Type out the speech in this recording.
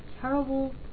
terrible